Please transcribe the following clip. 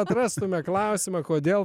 atrastume klausimą kodėl